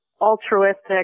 altruistic